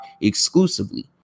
exclusively